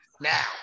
now